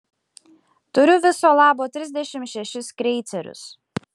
turiu viso labo trisdešimt šešis kreicerius